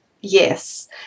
yes